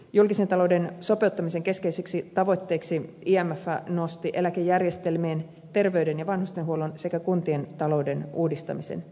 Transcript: julkisen talouden sopeuttamisen keskeisiksi tavoitteiksi imf nosti eläkejärjestelmien terveyden ja vanhustenhuollon sekä kuntien talouden uudistamisen